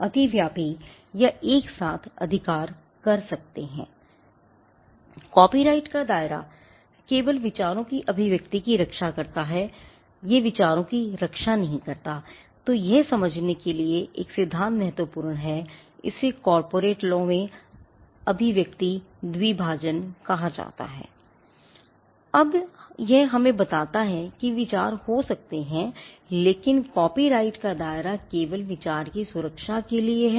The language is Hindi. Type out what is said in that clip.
अब यह हमें बताता है कि विचार हो सकते हैं लेकिन कॉपीराइट का दायरा केवल विचार की सुरक्षा के लिए है